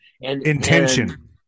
intention